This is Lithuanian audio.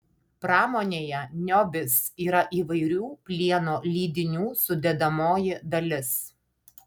pramonėje niobis yra įvairių plieno lydinių sudedamoji dalis